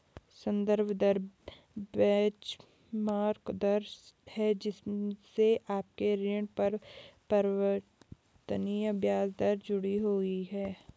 संदर्भ दर बेंचमार्क दर है जिससे आपके ऋण पर परिवर्तनीय ब्याज दर जुड़ी हुई है